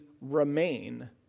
remain